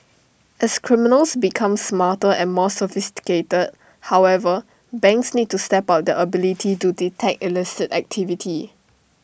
as criminals become smarter and more sophisticated however banks need to step up their ability to detect illicit activity